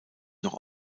noch